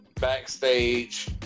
backstage